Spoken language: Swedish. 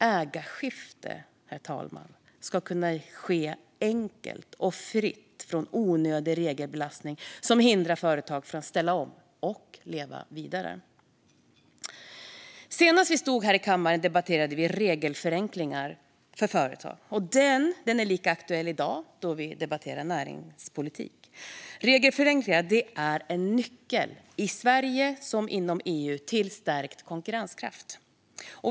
Ägarskifte, herr talman, ska kunna ske enkelt och fritt från onödig regelbelastning som hindrar företag från att ställa om och leva vidare. Senast vi stod här i kammaren debatterade vi regelförenklingar för företag, och det är lika aktuellt i dag när vi debatterar näringspolitik. Regelförenklingar är en nyckel, i Sverige som inom EU, till stärkt konkurrenskraft.